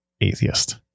atheist